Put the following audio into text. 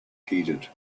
heeded